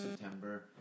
September